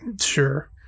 sure